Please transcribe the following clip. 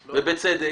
ובצדק.